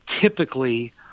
typically